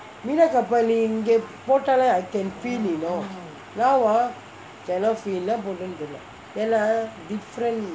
minyak kapak நீ இங்கே போட்டாலே:nee ingae poottalae I can feel you know now ah cannot see என்ன போட்டேனே தெரிலே:enna potenae terilae